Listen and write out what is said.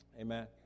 Amen